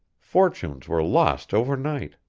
fortunes were lost overnight.